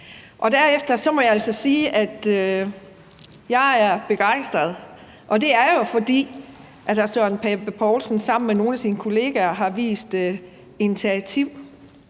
Derefter må jeg altså sige, at jeg er begejstret, og det er jeg, fordi hr. Søren Pape Poulsen sammen med nogle af sine kollegaer har vist initiativ